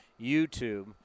YouTube